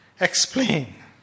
explain